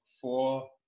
four